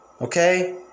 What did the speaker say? okay